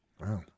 Wow